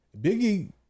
Biggie